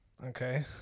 Okay